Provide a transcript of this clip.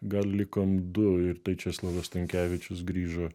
gal likom du ir tai česlovas stankevičius grįžo